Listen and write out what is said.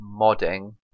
modding